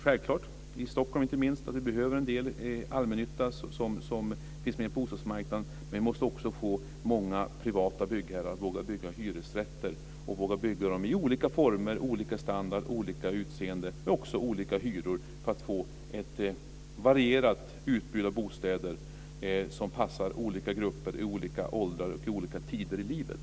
Självklart behövs det, inte minst i Stockholm, en del allmännytta på bostadsmarknaden men vi måste också få många privata byggherrar att våga bygga hyresrätter i olika former, med olika standard och med olika utseende men också med olika hyror, just för att få ett varierat utbud av bostäder som passar olika grupper i olika åldrar och i olika skeden i livet.